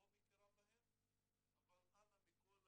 אנחנו רואים גם את התוצאות והעובדה שאת מציינת